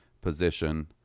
position